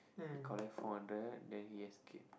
he collect four hundred then he escape